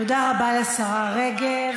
תודה רבה לשרה רגב.